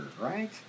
right